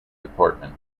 department